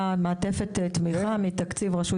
מעטפת התמיכה מושתתת על תקציב רשות